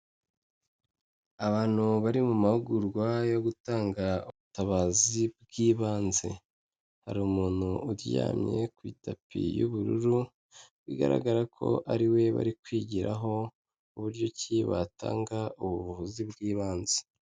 Abantu bari mu mahugurwa yo gutanga ubutabazi bw'ibanze. Hari umuntu uryamye ku itapi y'ubururu, bigaragara ko ari we bari kwigiraho uburyo ki batanga ubu buvuzi bw'ibanze.